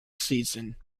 season